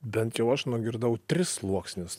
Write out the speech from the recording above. bent jau aš nugirdau tris sluoksnius